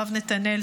הרב נתנאל,